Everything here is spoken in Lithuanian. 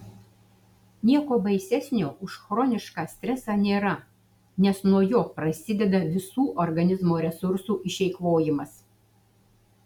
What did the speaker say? nieko baisesnio už chronišką stresą nėra nes nuo jo prasideda visų organizmo resursų išeikvojimas